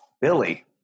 Billy